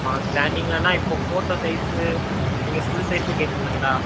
ஆ ஸ்டாண்ட்டிங்லன்னா இப்போ photo size நீங்கள் ஃபுல் சைஸில் கேட்டிங்கள்லா